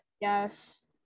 Yes